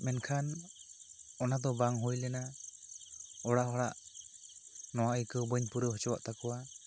ᱢᱮᱱᱠᱷᱟᱱ ᱚᱱᱟ ᱫᱚ ᱵᱟᱝ ᱦᱩᱭ ᱞᱮᱱᱟ ᱚᱲᱟᱜ ᱦᱚᱲᱟᱜ ᱱᱚᱣᱟ ᱟᱭᱠᱟᱹᱣ ᱵᱟᱹᱧ ᱯᱩᱨᱟᱹᱣ ᱚᱪᱚᱣᱟᱜ ᱛᱟᱠᱚᱭᱟ